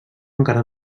encara